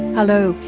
hello,